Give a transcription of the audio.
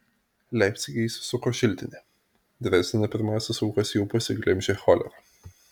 leipcige įsisuko šiltinė drezdene pirmąsias aukas jau pasiglemžė cholera